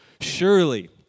surely